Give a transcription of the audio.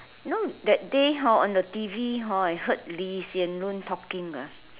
you know that day hor on the t_v hor I heard Lee-Hsien-Loong talking ah